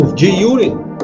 G-Unit